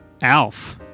Alf